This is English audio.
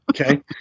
okay